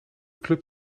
club